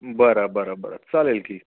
बरं बरं बरं चालेल ठीक